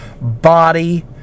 body